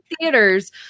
theaters